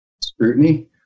scrutiny